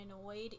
annoyed